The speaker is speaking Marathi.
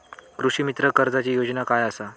कृषीमित्र कर्जाची योजना काय असा?